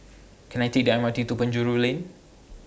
Can I Take The M R T to Penjuru Lane